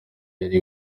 yari